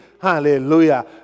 hallelujah